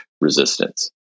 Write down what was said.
resistance